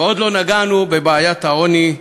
ועוד לא נגענו בבעיית העוני,